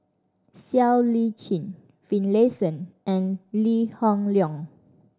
Siow Lee Chin Finlayson and Lee Hoon Leong